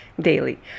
daily